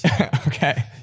Okay